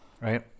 Right